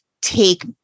take